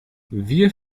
wir